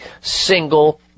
single